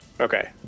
Okay